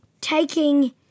taking